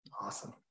Awesome